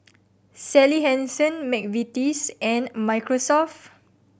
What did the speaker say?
Sally Hansen McVitie's and Microsoft